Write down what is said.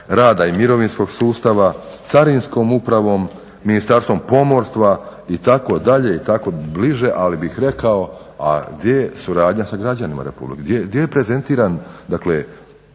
rada i mirovinskog sustava, Carinskom upravom, Ministarstvom prometa i tako dalje i tako bliže. Ali bih rekao a gdje je suradnja sa građanima RH? gdje je prezentiran